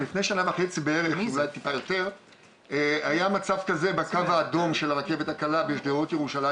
לפני שנה וחצי בערך היה מצב כזה בקו האדום של הרכבת הקלה בשדרות ירושלים